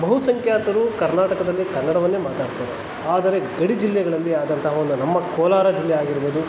ಬಹುಸಂಖ್ಯಾತರು ಕರ್ನಾಟಕದಲ್ಲಿ ಕನ್ನಡವನ್ನೇ ಮಾತಾಡ್ತಾರೆ ಆದರೆ ಗಡಿ ಜಿಲ್ಲೆಗಳಲ್ಲಿ ಆದಂತಹ ಒಂದು ನಮ್ಮ ಕೋಲಾರ ಜಿಲ್ಲೆ ಆಗಿರ್ಬೋದು